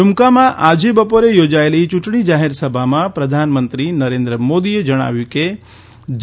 ડુમકામાં આજે બપોરે યોજાયેલી ચુંટણી જાહેરસભામાં પ્રધાનમંત્રી નરેન્દ્ર મોદીએ જણાવ્યું કે જે